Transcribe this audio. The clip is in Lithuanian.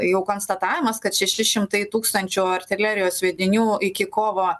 jau konstatavimas kad šeši šimtai tūkstančių artilerijos sviedinių iki kovo